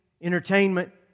entertainment